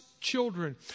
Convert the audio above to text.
children